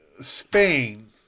Spain